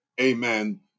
amen